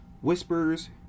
whispers